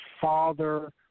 Father